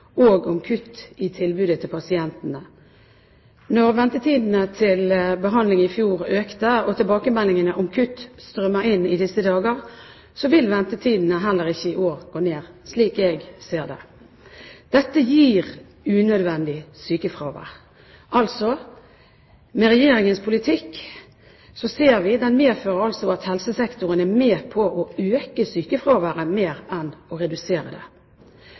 og om kutt i tilbudet til pasientene. Når ventetidene til behandling i fjor økte, og tilbakemeldingene om kutt strømmer inn i disse dager, vil ventetidene heller ikke i år gå ned, slik jeg ser det. Dette gir unødvendig sykefravær. Vi ser altså at Regjeringens politikk medfører at helsesektoren er med på å øke sykefraværet mer enn å redusere det.